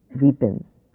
deepens